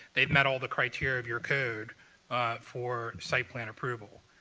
they've met all the criteria of your code for site plan approval,